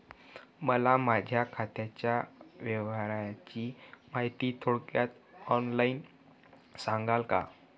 मला माझ्या खात्याच्या व्यवहाराची माहिती थोडक्यात ऑनलाईन सांगाल का?